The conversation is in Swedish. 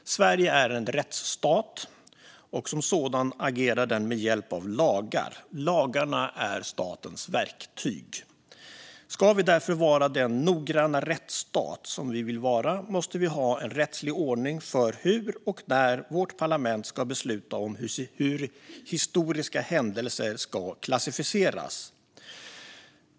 Sverige är en rättsstat, och som sådan agerar den med hjälp av lagar. Lagarna är statens verktyg. Ska vi därför vara den noggranna rättsstat som vi vill vara måste vi ha en rättslig ordning för hur och när vårt parlament ska besluta om hur historiska händelser ska klassificeras.